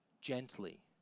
gently